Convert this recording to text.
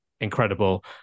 incredible